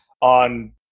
on